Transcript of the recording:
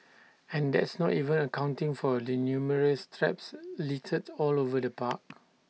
and that's not even accounting for the numerous traps littered all over the park